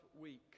week